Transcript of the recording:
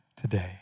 today